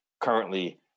currently